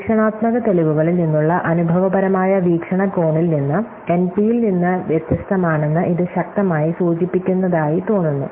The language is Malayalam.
പരീക്ഷണാത്മക തെളിവുകളിൽ നിന്നുള്ള അനുഭവപരമായ വീക്ഷണകോണിൽ നിന്ന് എൻപി പിയിൽ നിന്ന് വ്യത്യസ്തമാണെന്ന് ഇത് ശക്തമായി സൂചിപ്പിക്കുന്നതായി തോന്നുന്നു